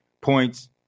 points